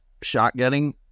shotgunning